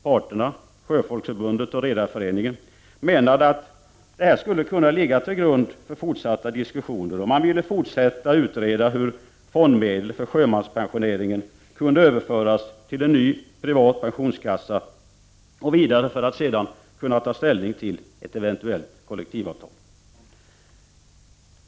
Parterna — Sjöfolksförbundet och Redareföreningen — menade att detta skulle kunna ligga till grund för fortsatta diskussioner. Man ville fortsätta utreda hur fondmedel för sjömanspensioneringen skulle kunna överföras till en ny privat pensionskassa och för att kunna ta ställning till ett eventuellt kollektivavtal.